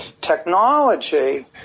Technology